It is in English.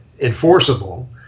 enforceable